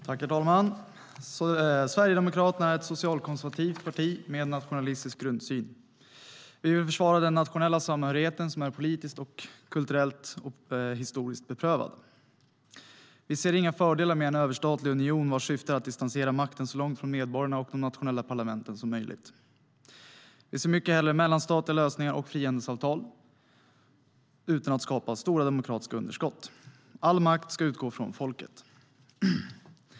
Herr talman! Sverigedemokraterna är ett socialkonservativt parti med en nationalistisk grundsyn. Vi vill försvara den nationella samhörigheten som är politiskt, kulturellt och historiskt beprövad. Vi ser inga fördelar med en överstatlig union vars syfte är att distansera makten så långt från medborgarna och de nationella parlamenten som möjligt. Vi ser mycket hellre mellanstatliga lösningar och frihandelsavtal - utan att skapa stora demokratiska underskott. All makt ska utgå från folket.